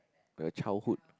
the childhood